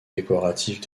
décoratifs